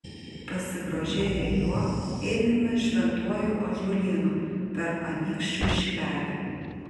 pasigrožėję juo einame šventuoju ąžuolynu per anykščių šilelį